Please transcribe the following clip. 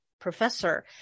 professor